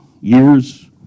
years